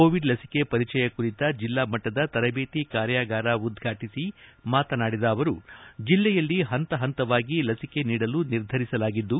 Covid ಲಸಿಕೆ ಪರಿಚಯ ಕುರಿತ ಜಿಲ್ಲಾ ಮಟ್ಟದ ತರಬೇತಿ ಕಾರ್ಯಾಗಾರ ಉದ್ರಾಟಿಸಿ ಮಾತನಾಡಿದ ಅವರು ಜಿಲ್ಲೆಯಲ್ಲಿ ಹಂತವಾಗಿ ಲಭಿಕೆ ನೀಡಲು ನಿರ್ಧರಿಸಲಾಗಿದ್ದು